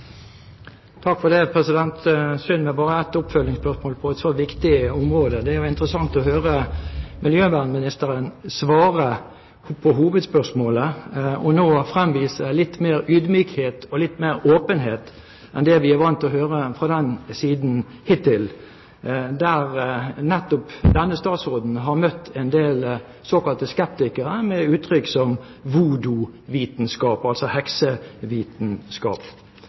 Det er synd det bare er ett oppfølgingsspørsmål på et så viktig område. Det er jo interessant å høre miljøvernministeren svare på hovedspørsmålet og nå fremvise litt mer ydmykhet og åpenhet enn det vi har vært vant til å høre fra den siden hittil, der nettopp denne statsråden har møtt en del såkalte skeptikere med uttrykk som voodoo-vitenskap, altså heksevitenskap.